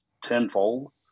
tenfold